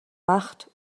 macht